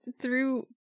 through-